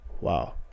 Wow